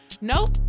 Nope